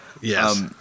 Yes